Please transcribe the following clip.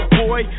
boy